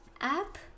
app